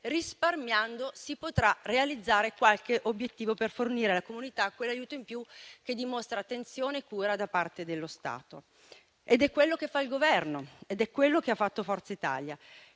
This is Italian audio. risparmiando, si potrà realizzare qualche obiettivo per fornire alla comunità quell'aiuto in più che dimostra attenzione e cura da parte dello Stato. È quello che fa il Governo ed è quello che ha fatto Forza Italia.